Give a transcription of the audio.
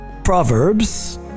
Proverbs